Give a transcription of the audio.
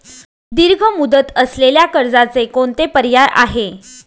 दीर्घ मुदत असलेल्या कर्जाचे कोणते पर्याय आहे?